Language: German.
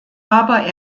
aber